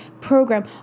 program